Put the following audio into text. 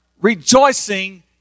rejoicing